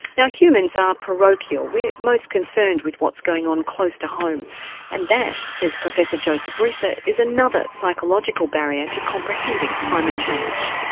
now humans are parochial, we're most concerned with what's going on close to home and that, says professor joseph reser, is another psychological barrier to comprehending climate change.